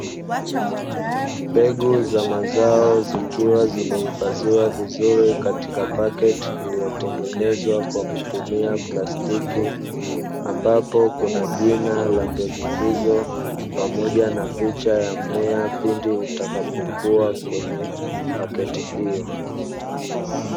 Mbegu za mazao zikiwa zimehifadhiwa vizuri katika paketi iliyotengenezwa kwa kutumia plastiki, ambapo kuna jina la mbegu hizo pamoja na picha ya mmea pindi itakapokuwa kwenye paketi hiyo.